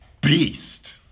beast